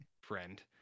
friend